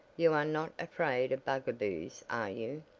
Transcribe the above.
you are not afraid of bugaboos are you?